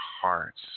hearts